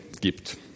gibt